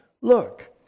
look